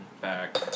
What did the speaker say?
back